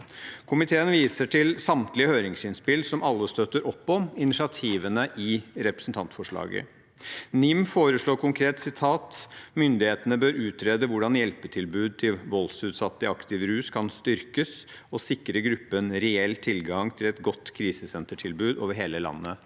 Komiteen viser til samtlige høringsinnspill som alle støtter opp om initiativene i representantforslaget. NIM foreslår konkret: «Myndighetene bør utrede hvordan hjelpetilbud til voldsutsatte i aktiv rus kan styrkes, og sikre gruppen reell tilgang til et godt krisesentertilbud over hele landet.»